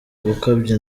gukabya